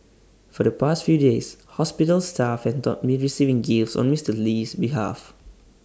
for the past few days hospital staff have not been receiving gifts on Mister Lee's behalf